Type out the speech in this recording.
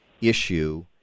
issue